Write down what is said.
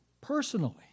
personally